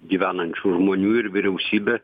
gyvenančių žmonių ir vyriausybė